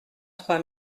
trois